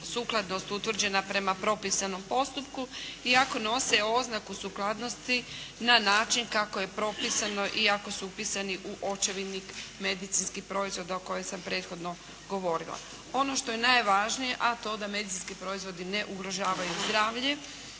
sukladnost utvrđena prema propisanom postupku, i ako nose oznaku sukladnosti na način kako je propisano i ako su upisani u očevidnik medicinskih proizvoda o kojima sam prethodno govorila. Ono što je najvažnije a to da medicinski proizvodi ne ugrožavaju zdravlje